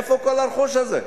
מאיפה כל הרכוש הזה?